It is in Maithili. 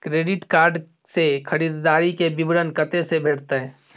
क्रेडिट कार्ड से खरीददारी के विवरण कत्ते से भेटतै?